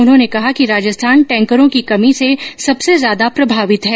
उन्होंने कहा कि राजस्थान टैंकरों की कमी से सबसे ज्यादा प्रभावित है